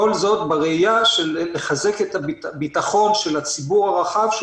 כל זה בראייה של לחזק את הביטחון של הציבור הרחב שהוא